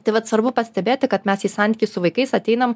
tai vat svarbu pastebėti kad mes į santykį su vaikais ateinam